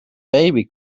baby